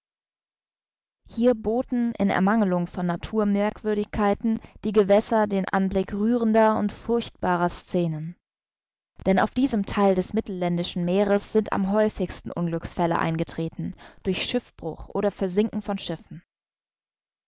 hier boten in ermangelung von naturmerkwürdigkeiten die gewässer den anblick rührender und furchtbarer scenen denn auf diesem theil des mittelländischen meeres sind am häufigsten unglücksfälle eingetreten durch schiffbruch oder versinken von schiffen